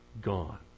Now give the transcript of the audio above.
gone